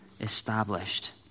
established